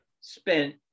spent